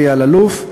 אלי אלאלוף,